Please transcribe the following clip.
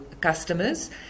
customers